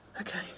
Okay